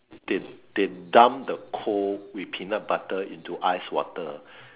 they they dump the coal with peanut butter into ice water